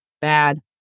bad